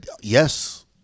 yes